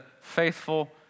faithful